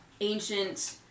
ancient